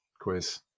quiz